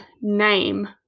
name